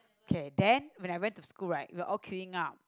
okay then when I went to school right we are all queuing up